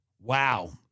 Wow